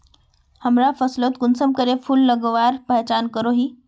हमरा फसलोत कुंसम करे फूल लगवार पहचान करो ही?